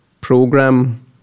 program